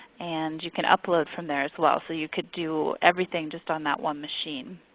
and you can upload from there as well. so you can do everything just on that one machine.